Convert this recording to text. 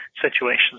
situations